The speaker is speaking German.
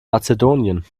mazedonien